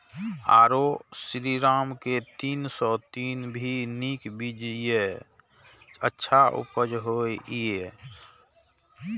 आरो श्रीराम के तीन सौ तीन भी नीक बीज ये अच्छा उपज होय इय?